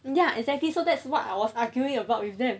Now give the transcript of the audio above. ya exactly so that's what I was arguing about with them